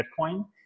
Bitcoin